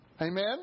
Amen